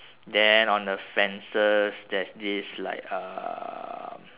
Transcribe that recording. then on the fences there's this like um